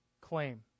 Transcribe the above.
claim